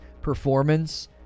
performance